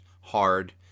hard